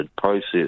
process